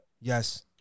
Yes